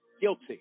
guilty